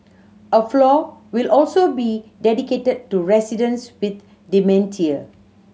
a floor will also be dedicated to residents with dementia